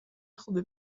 خوبی